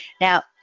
Now